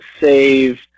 save